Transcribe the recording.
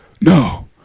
no